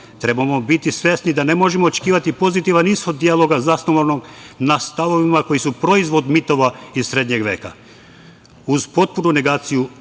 Treba da budemo svesni da ne možemo očekivati pozitivan ishod dijaloga zasnovanog na stavovima koji su proizvod mitova iz srednjeg veka,